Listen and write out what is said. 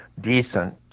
decent